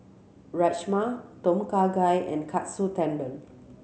Rajma Tom Kha Gai and Katsu Tendon